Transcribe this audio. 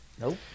Nope